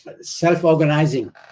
self-organizing